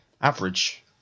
Average